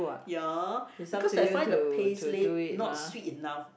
ya because I find the paste laid not sweet enough